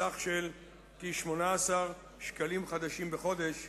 בסך של כ-18 שקלים חדשים בחודש,